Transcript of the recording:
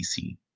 PC